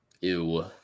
Ew